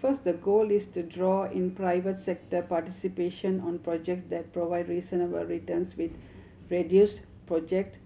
first the goal is to draw in private sector participation on projects that provide reasonable returns with reduced project